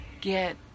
get